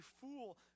fool